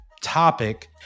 topic